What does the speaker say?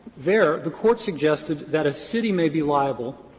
there, the court suggested that a city may be liable,